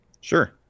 Sure